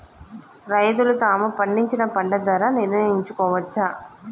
రైతులు తాము పండించిన పంట ధర నిర్ణయించుకోవచ్చా?